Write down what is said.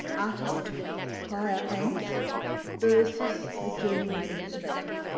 artists with higher aims versus a journeyman illustrator.